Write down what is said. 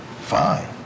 Fine